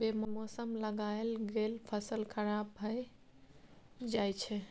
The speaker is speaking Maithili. बे मौसम लगाएल गेल फसल खराब भए जाई छै